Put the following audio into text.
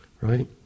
Right